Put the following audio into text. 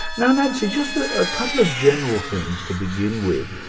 now nancy, just a ah couple of general things to begin with,